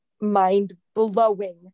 mind-blowing